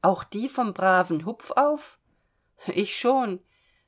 auch die vom braven hupfauf ich schon